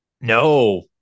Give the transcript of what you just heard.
No